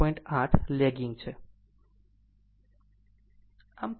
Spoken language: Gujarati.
8 લેગિંગ છે